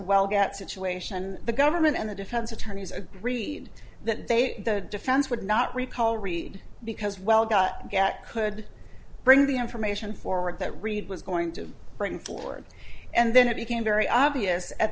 well get situation the government and the defense attorneys agreed that they the defense would not recall reid because well get could bring the information forward that reid was going to bring forward and then it became very obvious at